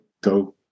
go